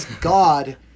god